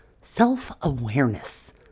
self-awareness